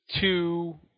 two